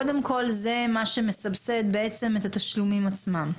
קודם כל זה מה שמסבסד בעצם את התשלומים עצמם.